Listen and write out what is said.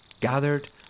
gathered